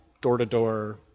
door-to-door